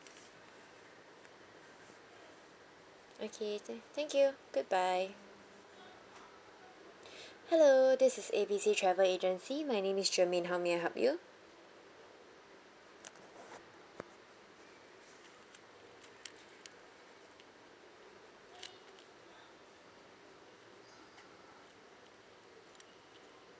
okay then thank you goodbye hello this is A B C travel agency my name is germaine how may I help you